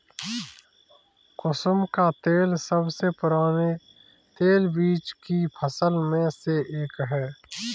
कुसुम का तेल सबसे पुराने तेलबीज की फसल में से एक है